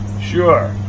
Sure